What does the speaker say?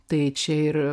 tai čia ir